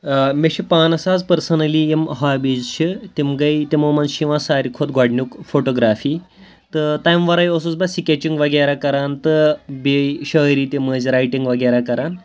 مےٚ چھِ پانَس آز پٔرسٕنٔلی یِم ہابیٖز چھِ تِم گٔے تِمو منٛز چھِ یِوان ساروی کھۄتہٕ گۄڈنیُک فوٹوگرٛافی تہٕ تَمہِ وَرٲے اوسُس بہٕ سِکیچِنٛگ وغیرہ کَران تہٕ بیٚیہِ شٲعری تہِ مٔنٛزۍ رایٹِنٛگ وغیرہ کَران